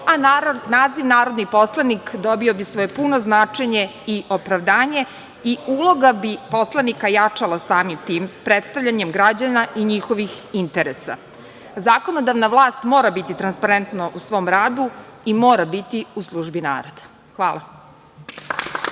a naziv narodnih poslanik dobio bi svoje puno značenje i opravdanje i uloga bi poslanika jačala samim tim predstavljanjem građana i njihovih interesa. Zakonodavna vlast mora biti transparentna u svom radu i mora biti u službi naroda. Hvala.